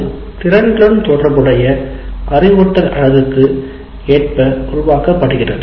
அது திறன்களுடன் தொடர்புடைய அறிவுறுத்தல் அலகுகளுக்கு ஏற்ப உருவாக்கப்படுகிறது